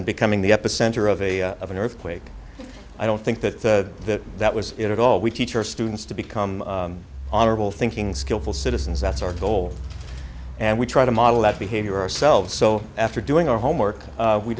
in becoming the epicenter of a of an earthquake i don't think that that was it at all we teach our students to become honorable thinking skillful citizens that's our goal and we try to model that behavior ourselves so after doing our homework